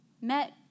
met